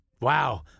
Wow